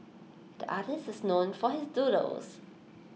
the artist is known for his doodles